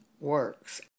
works